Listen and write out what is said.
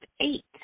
eight